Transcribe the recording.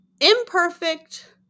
imperfect